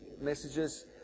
messages